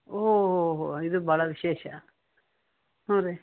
ಓಹೋಹೋ ಇದು ಭಾಳ ವಿಶೇಷ ಹ್ಞೂ ರೀ